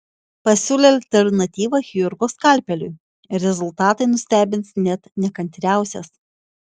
pasiūlė alternatyvą chirurgo skalpeliui rezultatai nustebins net nekantriausias